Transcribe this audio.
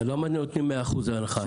אז למה נותנים מאה אחוז הנחה?